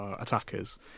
attackers